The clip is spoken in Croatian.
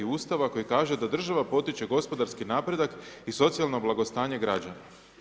Ustava koji kaže da država potiče gospodarski napredak i socijalno blagostanje građana.